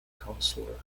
councillor